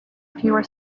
fewer